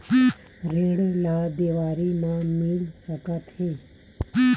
ऋण ला देवारी मा मिल सकत हे